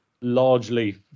largely